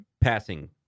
...passing